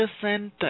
center